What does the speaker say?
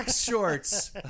shorts